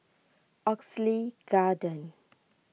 Oxley Garden